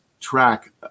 track